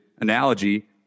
analogy